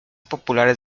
populares